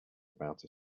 about